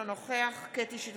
אינו נוכח קטי קטרין שטרית,